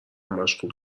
مشغول